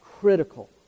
Critical